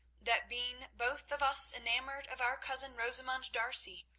that being both of us enamoured of our cousin, rosamund d'arcy,